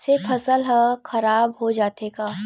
से फसल ह खराब हो जाथे का?